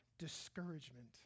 discouragement